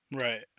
right